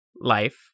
life